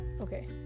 Okay